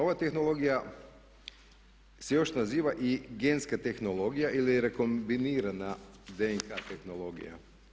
Ova tehnologija se još naziva i genska tehnologija ili rekombinirana DNK tehnologija.